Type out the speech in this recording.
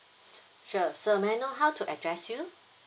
sure sir may I know how to address you